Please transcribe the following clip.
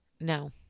No